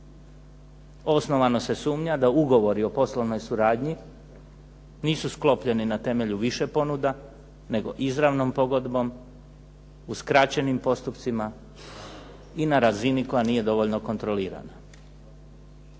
Osnovano se sumnja da ugovori o poslovnoj suradnji nisu sklopljeni na temelju više ponuda, nego izravnom pogodbom, u skraćenim postupcima i na razini koja nije dovoljno kontrolirana.